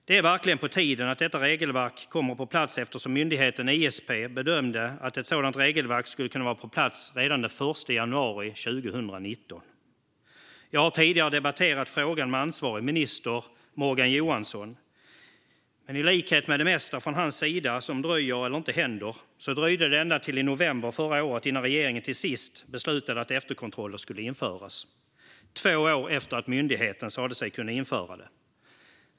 Det är verkligen på tiden att detta regelverk kommer på plats, eftersom myndigheten ISP bedömde att ett sådant regelverk skulle kunna vara på plats redan den 1 januari 2019. Jag har tidigare debatterat frågan med den ansvarige ministern Morgan Johansson. I likhet med det mesta från hans sida, som dröjer eller inte händer, dröjde det dock ända till i november förra året innan regeringen till sist beslutade att efterkontroller skulle införas - två år efter det att myndigheten sa sig kunna införa dem.